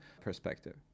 perspective